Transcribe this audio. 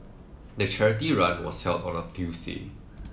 the charity run was held on a Tuesday